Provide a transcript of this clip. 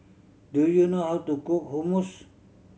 do you know how to cook Hummus